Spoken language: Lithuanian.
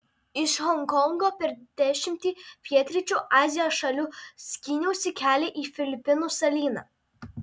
iš honkongo per dešimtį pietryčių azijos šalių skyniausi kelią į filipinų salyną